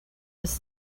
was